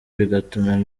bigatuma